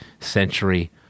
century